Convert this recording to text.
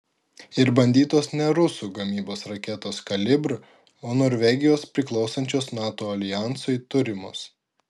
ir bandytos ne rusų gamybos raketos kalibr o norvegijos priklausančios nato aljansui turimos